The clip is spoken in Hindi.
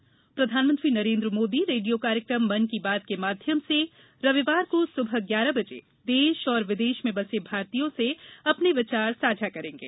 मन की बात प्रधानमंत्री नरेंद्र मोदी रेडियो कार्यक्रम मन की बात के माध्यम से रविवार को दिन के ग्यारह बजे देश और विदेश में बसे भारतीयों से अपने विचार साझा करेंगे